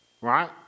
right